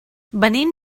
venim